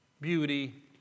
beauty